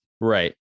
Right